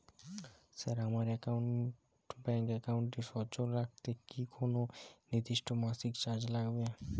Sir আমার bank একাউন্টটি সচল রাখতে কি কোনো নির্দিষ্ট মাসিক চার্জ লাগবে?